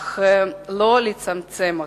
אך לא לצמצם אותה.